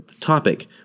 topic